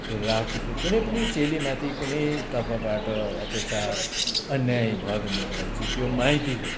राखीको कुनै पनि चेली माथि कुनै तर्फबाट अत्याचार अन्याय भयो भनेदेखिलाई चाहिँ त्यो माइतीले